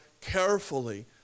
carefully